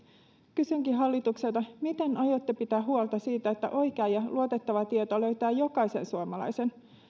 kysynkin hallitukselta miten aiotte pitää huolta siitä että oikea ja luotettava tieto löytää jokaisen suomalaisen